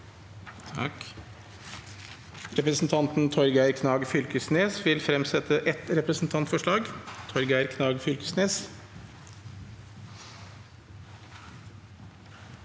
Representanten Torgeir Knag Fylkesnes vil fremsette et representantforslag. Torgeir Knag Fylkesnes